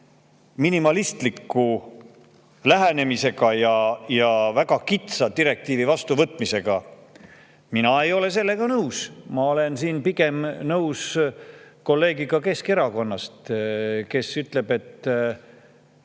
minimalistliku lähenemisega ja väga kitsa direktiivi vastuvõtmisega. Mina ei ole sellega nõus. Ma olen siin pigem nõus kolleegiga Keskerakonnast, kes ütleb, et